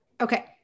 Okay